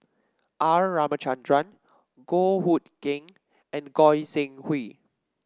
R Ramachandran Goh Hood Keng and Goi Seng Hui